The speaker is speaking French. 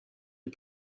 des